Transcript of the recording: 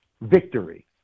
victory